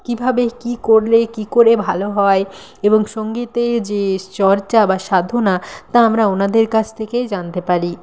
কীভাবে কী করলে কী করে ভালো হয় এবং সঙ্গীতের যে চর্চা বা সাধনা তা আমরা ওনাদের কাছ থেকেই জানতে পারি